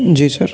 جی سر